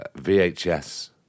VHS